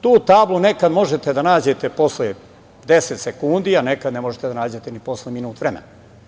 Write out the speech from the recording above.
Tu tablu nekad možete da nađete posle 10 sekundi a nekad ne možete da nađete ni posle minut vremena.